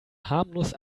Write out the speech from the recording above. harmlos